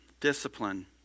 Discipline